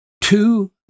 two